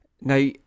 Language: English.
Now